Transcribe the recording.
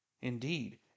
indeed